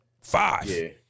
Five